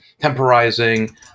temporizing